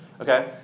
Okay